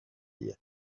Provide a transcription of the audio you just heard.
here